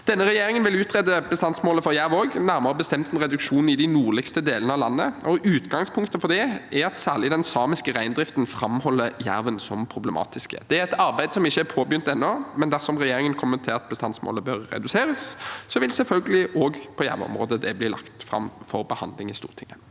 regjeringen vil utrede bestandsmålet også for jerv, nærmere bestemt en reduksjon i de nordligste delene av landet. Utgangspunktet for det er at særlig den samiske reindriften framholder jerven som problematisk. Det er et arbeid som ikke er påbegynt ennå, men dersom regjeringen kommer til at bestandsmålet bør reduseres, vil det selvfølgelig også på jervområdet bli lagt fram for behandling i Stortinget.